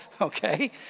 Okay